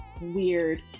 weird